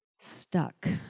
stuck